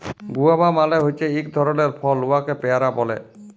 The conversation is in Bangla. গুয়াভা মালে হছে ইক ধরলের ফল উয়াকে পেয়ারা ব্যলে